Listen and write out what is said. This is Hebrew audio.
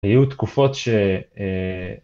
היו תקופות ש...